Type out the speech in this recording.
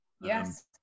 Yes